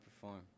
perform